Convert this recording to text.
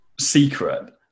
secret